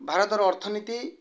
ଭାରତର ଅର୍ଥନୀତି